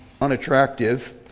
unattractive